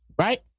right